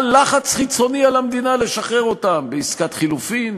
לחץ חיצוני על המדינה לשחרר אותם בעסקת חילופין,